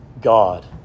god